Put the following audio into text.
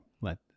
let